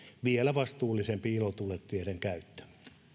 vielä vastuullisempi ilotulitteiden käyttö